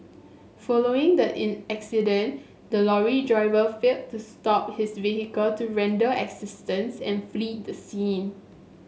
following the in accident the lorry driver failed to stop his vehicle to render assistance and fled the scene